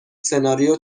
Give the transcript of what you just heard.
سناریو